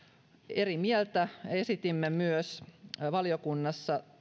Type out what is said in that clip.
eri mieltä esitimme myös valiokunnassa